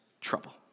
trouble